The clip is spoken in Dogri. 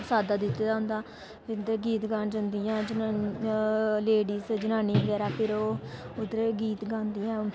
साद्ध दिते दा होंदा फिह् उंदे गीत गान जंदिया जनानियां लैडिज जनानी बगैरा फिर ओह् उद्धर गै गीत गांदी आं